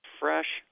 fresh